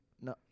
No